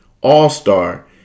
all-star